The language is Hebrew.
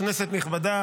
כנסת נכבדה,